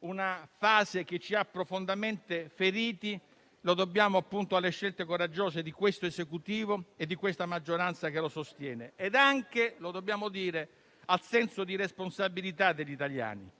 una fase che ci ha profondamente feriti, lo dobbiamo alle scelte coraggiose di questo Esecutivo e della maggioranza che lo sostiene, e anche - dobbiamo dirlo - al senso di responsabilità degli italiani.